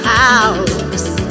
house